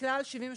מכלל 73 הרוגים,